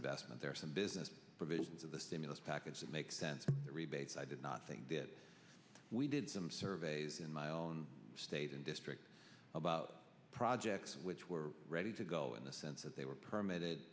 investment there are some business provisions of the stimulus package that make sense rebates i did not think we did some surveys in my own state and district about projects which were ready to go in the sense that they were permitted